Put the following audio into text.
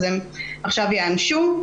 והן ייענשו.